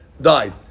died